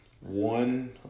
one